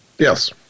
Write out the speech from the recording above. Yes